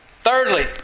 Thirdly